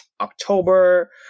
october